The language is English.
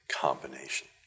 combination